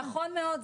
נכון מאוד.